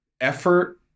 effort